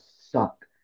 suck